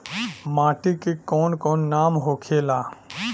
माटी के कौन कौन नाम होखे ला?